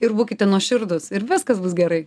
ir būkite nuoširdūs ir viskas bus gerai